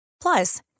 Plus